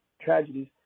tragedies